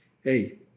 hey